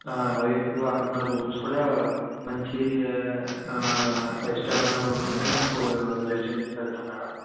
అదే మీకు అక్కడ ఉన్న రూమ్స్ కూడా మంచి ఫైవ్ స్టార్ ఉన్న రూమ్స్లోనే మీకు రెసిడెన్సీ పెడతాం మేడం